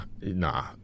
nah